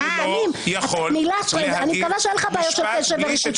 אני מקווה שאין לך בעיות של קשב וריכוז,